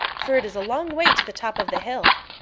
for it is a long way to the top of the hill.